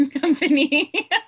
company